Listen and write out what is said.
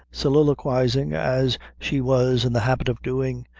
soliloquizing, as she was in the habit of doing,